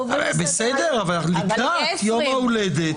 בסדר, אבל אנחנו לקראת יום ההולדת.